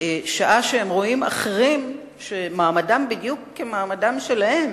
שעה שהם רואים אחרים, שמעמדם בדיוק כמעמדם שלהם,